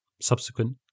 subsequent